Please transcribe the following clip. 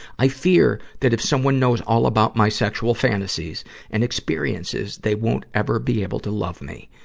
i fear that if someone knows all about my sexual fantasies and experiences, they won't ever be able to love me.